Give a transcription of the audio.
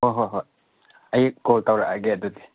ꯍꯣ ꯍꯣꯏ ꯍꯣꯏ ꯑꯩ ꯀꯣꯜ ꯇꯧꯔꯛꯑꯒꯦ ꯑꯗꯨꯗꯤ